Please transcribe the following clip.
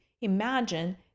imagine